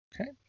Okay